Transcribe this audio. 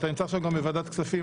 אתה נמצא גם בוועדת הכספים.